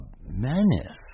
menace